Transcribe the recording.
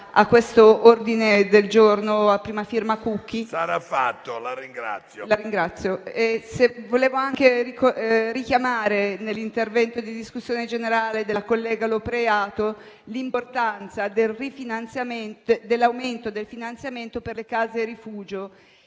Grazie a tutti